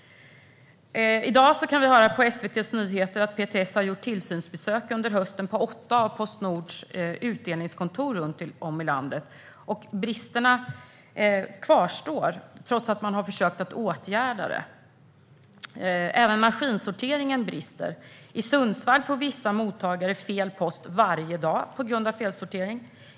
I dag kan vi höra på SVT:s nyheter att PTS har gjort tillsynsbesök under hösten på åtta av Postnords utdelningskontor runt om i landet. Bristerna kvarstår trots att man har försökt att åtgärda dem. Även maskinsorteringen brister. I Sundsvall får vissa mottagare fel post varje dag på grund av felsortering.